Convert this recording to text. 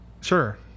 sure